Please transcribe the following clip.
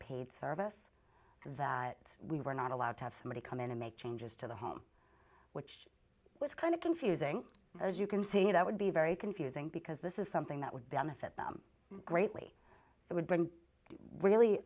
paid service that we were not allowed to have somebody come in and make changes to the home was kind of confusing as you can see that would be very confusing because this is something that would benefit greatly it would be really